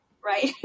Right